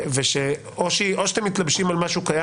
או שאתם מתלבשים על משהו קיים.